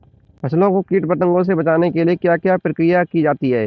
फसलों को कीट पतंगों से बचाने के लिए क्या क्या प्रकिर्या की जाती है?